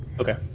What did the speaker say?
Okay